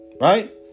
right